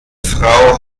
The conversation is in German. frau